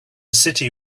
city